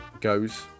goes